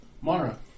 Mara